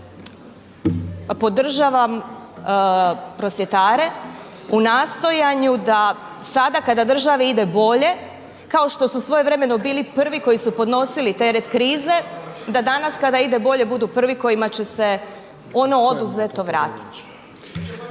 podržavam prosvjetare u nastojanju da sada kada državi ide bolje, kao što su svojevremeno bili prvi koji su podnosili teret krize, da danas kada ide bolje budu prvi kojima će se ono oduzeteo vratiti.